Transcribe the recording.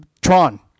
Tron